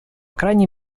крайней